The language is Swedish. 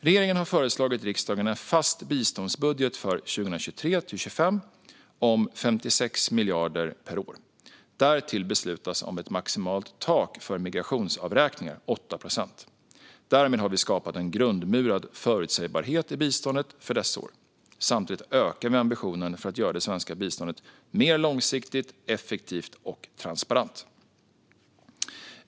Regeringen har föreslagit riksdagen en fast biståndsbudget för 2023-2025 om 56 miljarder per år. Därtill beslutas om ett maximalt tak för migrationsavräkningar på 8 procent. Därmed har vi skapat en grundmurad förutsägbarhet i biståndet för dessa år. Samtidigt ökar vi ambitionen för att göra det svenska biståndet mer långsiktigt, effektivt och transparent.